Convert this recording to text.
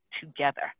together